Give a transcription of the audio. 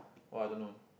!wah! I don't know